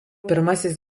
pirmasis